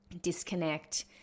disconnect